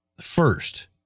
first